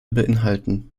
beinhalten